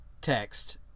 text